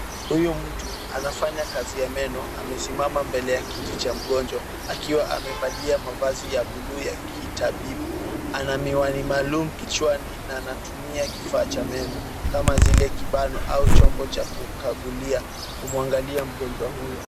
Huyu mtu anafanya kazi ya meno amesimama mbele ya kiti cha mgonjwa, akiwa amevalia mavazi ya buluu ya kitabibu, ana miwani maalum kichwani na anatumia kifaa cha meno kama zile kibano au chombo cha kukagulia kumwangalia mgonjwa huyo.